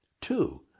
Two